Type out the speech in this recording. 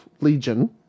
Legion